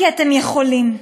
סתם, כי אתם יכולים.